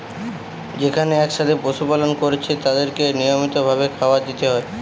যেখানে একসাথে পশু পালন কোরছে তাদেরকে নিয়মিত ভাবে খাবার দিতে হয়